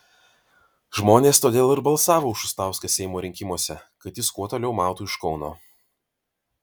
žmonės todėl ir balsavo už šustauską seimo rinkimuose kad jis kuo toliau mautų iš kauno